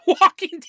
walking